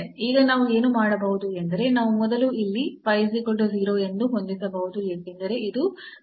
ಈಗ ನಾವು ಏನು ಮಾಡಬಹುದು ಎಂದರೆ ನಾವು ಮೊದಲು ಇಲ್ಲಿ ಎಂದು ಹೊಂದಿಸಬಹುದು ಏಕೆಂದರೆ ಇದು y ಗೆ 0 ಆಗಿದೆ